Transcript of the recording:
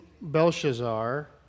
Belshazzar